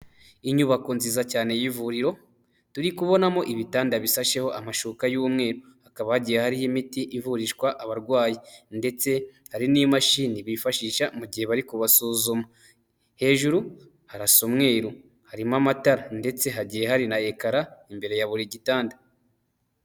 Inyubako nziza cyane y'ivuriro turi kubonamo ibitanda bishasheho amashuka y'umweru, hakaba hagiye hariho imiti ivurishwa abarwayi ndetse hari n'imashini bifashisha mu gihe bari kuba basuzuma. Hejuru harasamweruru harimo amatara ndetse hagiye hari na ekara imbere ya buri gitanda.